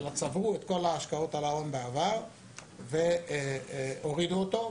אלא צברו את כל השקעות על ההון בעבר והורידו אותו,